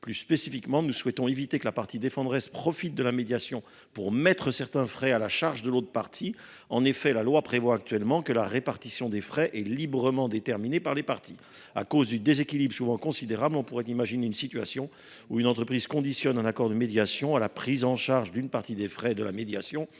Plus spécifiquement, nous souhaitons éviter que la partie défenderesse ne profite de la médiation pour mettre certains frais à la charge de l’autre partie. En effet, la loi dispose actuellement que la répartition des frais est librement déterminée par les parties. Compte tenu du déséquilibre que j’ai évoqué, qui est souvent considérable, on pourrait imaginer une situation dans laquelle une entreprise conditionnerait l’accord de médiation à la prise en charge d’une partie des frais afférents